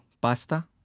Pasta